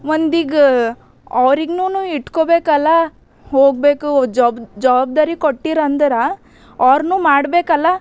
ಒಂದಿಗ ಅವ್ರಿಗ್ನು ಇಟ್ಕೊಬೇಕಲ್ಲಾ ಹೋಗಬೇಕು ಜಾಬ್ ಜವಾಬ್ದಾರಿ ಕೊಟ್ಟಿರಂದರ ಅವ್ರುನೂ ಮಾಡಬೇಕಲ್ಲ